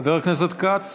בשעה טובה, בשעה טובה.